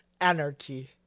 anarchy